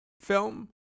film